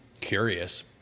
curious